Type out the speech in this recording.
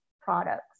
products